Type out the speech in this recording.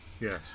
Yes